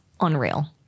unreal